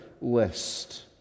list